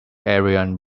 ariane